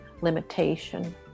limitation